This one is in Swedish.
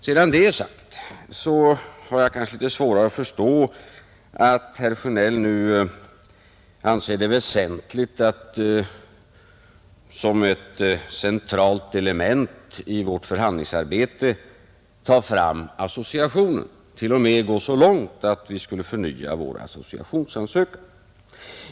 Sedan detta är sagt, har jag kanske litet svårare att förstå att herr Sjönell nu anser det väsentligt att såsom ett centralt element i vårt förhandlingsarbete ta fram associationen och t.o.m. gå så långt att vi skulle förnya vår associationsansökan.